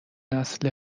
نسل